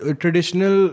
traditional